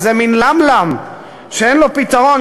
כזה מין "למלם" שאין לו פתרון,